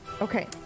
Okay